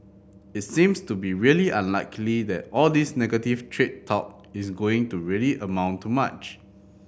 it seems to be really unlikely that all this negative trade talk is going to really amount to much